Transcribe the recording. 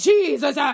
Jesus